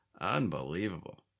Unbelievable